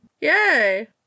Yay